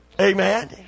Amen